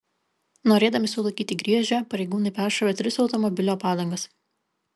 norėdami sulaikyti griežę pareigūnai peršovė tris automobilio padangas